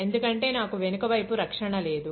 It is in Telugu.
ఎందుకంటే నాకు వెనక వైపు రక్షణ లేదు